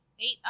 eight